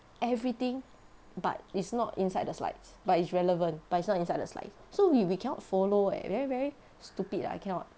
everything but it's not inside the slides but it's relevant but it's not inside the slide so we we cannot follow eh very very stupid lah I cannot